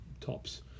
tops